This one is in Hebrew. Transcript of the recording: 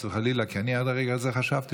חס וחלילה,